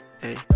Hey